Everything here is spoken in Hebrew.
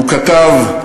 הוא כתב: